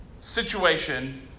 situation